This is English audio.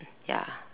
ya